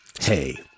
hey